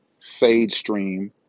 SageStream